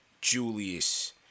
Julius